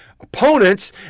opponents